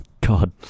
God